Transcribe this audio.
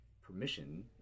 permission